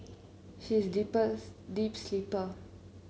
she is sleepers deep sleeper